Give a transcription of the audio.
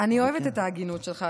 אני אוהבת את ההגינות שלך,